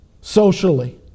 socially